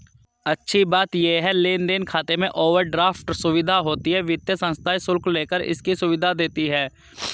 अच्छी बात ये है लेन देन खाते में ओवरड्राफ्ट सुविधा होती है वित्तीय संस्थाएं शुल्क लेकर इसकी सुविधा देती है